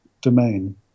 domain